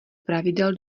pravidel